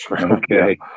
Okay